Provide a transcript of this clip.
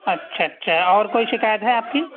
اچھا اچھا اور کوئی شکایت ہے آپ کی